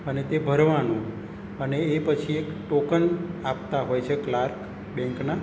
અને તે ભરવાનું અને એ પછી એક ટોકન આપતા હોય છે ક્લાર્ક બેન્કના